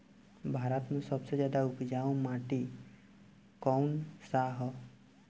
भारत मे सबसे ज्यादा उपजाऊ माटी कउन सा ह?